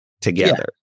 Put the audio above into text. together